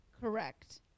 Correct